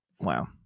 Wow